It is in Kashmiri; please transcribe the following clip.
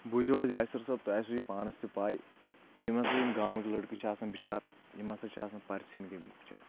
بوٗزِو حظ یاصر صٲب تۄہہِ آسوٕ یہِ پانَس تہِ پاے یِم ہسا یِم گامٕکۍ لٔڑکہٕ چھِ آسن بِچار یِم ہسا چھِ آسن پرژھینۍ گٔمٕتۍ بِچارٕ